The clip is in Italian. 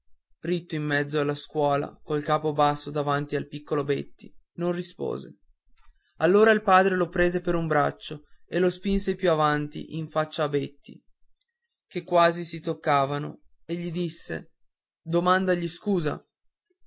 ritto in mezzo alla scuola col capo basso davanti al piccolo betti non rispose allora il padre lo prese per un braccio e lo spinse più avanti in faccia a betti che quasi si toccavano e gli disse domandagli scusa